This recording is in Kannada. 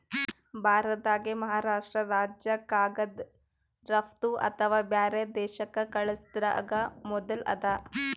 ಭಾರತ್ದಾಗೆ ಮಹಾರಾಷ್ರ್ಟ ರಾಜ್ಯ ಕಾಗದ್ ರಫ್ತು ಅಥವಾ ಬ್ಯಾರೆ ದೇಶಕ್ಕ್ ಕಲ್ಸದ್ರಾಗ್ ಮೊದುಲ್ ಅದ